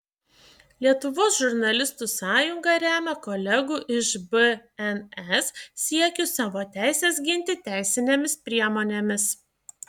lietuvos žurnalistų sąjunga remia kolegų iš bns siekius savo teises ginti teisinėmis priemonėmis